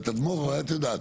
תדמור, אולי את יודעת,